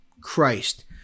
Christ